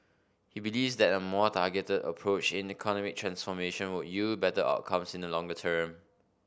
he believes that a more targeted approach in economic transformation would yield better outcomes in the longer term